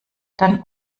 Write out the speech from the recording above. dann